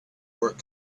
work